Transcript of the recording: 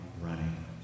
running